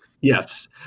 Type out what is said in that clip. Yes